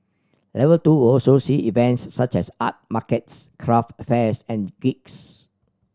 level two also see events such as art markets craft fairs and gigs